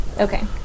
Okay